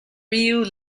ryu